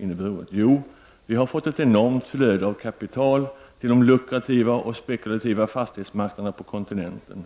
Jo, till att vi har fått ett enormt flöde av kapital till de lukrativa och spekulativa fastighetsmarknaderna på kontinenten,